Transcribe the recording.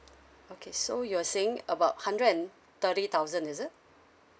okay so you are saying about hundred and thirty thousand is it